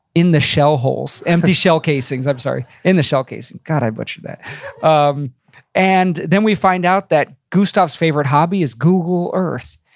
in the shell holes. empty shell casings, i'm sorry. in the shell casings. god, i butchered that um and then we find out that gustav's favorite hobby is google earth.